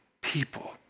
people